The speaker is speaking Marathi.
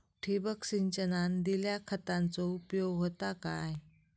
ठिबक सिंचनान दिल्या खतांचो उपयोग होता काय?